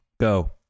Go